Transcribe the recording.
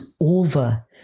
over